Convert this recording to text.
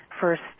first